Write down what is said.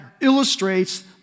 illustrates